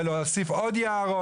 ולהוסיף עוד יער.